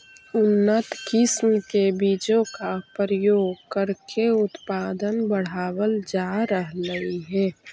उन्नत किस्म के बीजों का प्रयोग करके उत्पादन बढ़ावल जा रहलइ हे